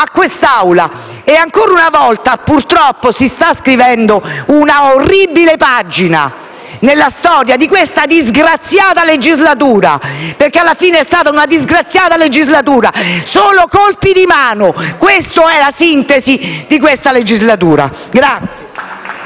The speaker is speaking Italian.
quest'Aula. Ancora una volta, purtroppo, si sta scrivendo un'orribile pagina nella storia di questa disgraziata legislatura, perché alla fine è stata una disgraziata legislatura. Solo colpi di mano! Questa è la sintesi di questa legislatura!